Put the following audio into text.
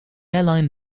airline